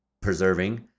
preserving